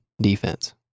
defense